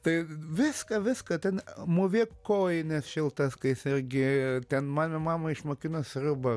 tai viską viską ten mūvėk kojines šiltas kai sergi ten mane mamą išmokino sriubą